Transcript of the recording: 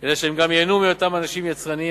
אלא גם ייהנו מהיותם אנשים יצרניים,